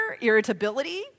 irritability